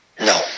No